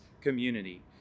community